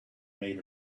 made